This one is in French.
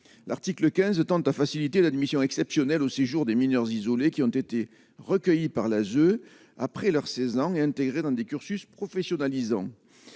l'article 15 tendent à faciliter l'admission exceptionnelle au séjour des mineurs isolés qui ont été recueillis par l'ASE après leur 16 ans et intégré dans des cursus professionnalisant,